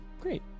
Great